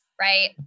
right